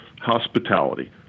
Hospitality